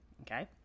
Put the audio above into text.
Okay